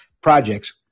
projects